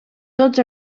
tots